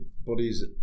bodies